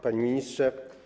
Panie Ministrze!